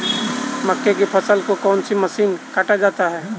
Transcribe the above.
मक्के की फसल को कौन सी मशीन से काटा जाता है?